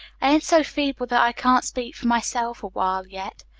i ain't so feeble that i can't speak for myself awhile yet.